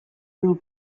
will